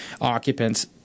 occupants